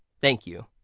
thank you.